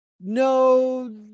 no